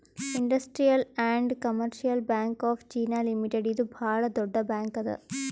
industrial and commercial bank of China limited ಇದು ಭಾಳ್ ದೊಡ್ಡ ಬ್ಯಾಂಕ್ ಅದಾ